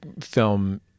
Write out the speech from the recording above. film